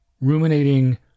Ruminating